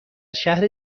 شهر